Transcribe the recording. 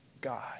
God